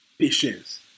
Patience